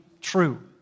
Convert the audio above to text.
true